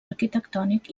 arquitectònic